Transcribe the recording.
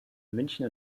münchen